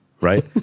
Right